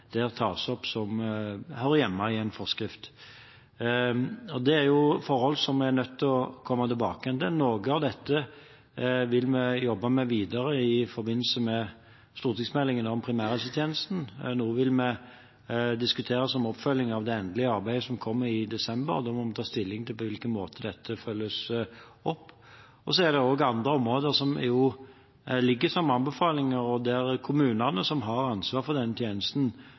der tas opp, som hører hjemme i en forskrift. Dette er forhold som vi er nødt til å komme tilbake til. Noe av dette vil vi jobbe videre med i forbindelse med stortingsmeldingen om primærhelsetjenesten. Noe vil vi diskutere som oppfølging av det endelige arbeidet, som kommer i desember. Da må vi ta stilling til på hvilken måte dette følges opp. Det er også andre områder som foreligger som anbefalinger. Det er kommunene som har ansvaret for denne tjenesten.